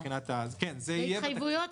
כן, זה יהיה בתקציב.